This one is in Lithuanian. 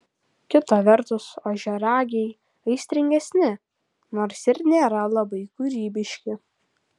kita vertus ožiaragiai aistringesni nors ir nėra labai kūrybiški